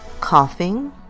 coughing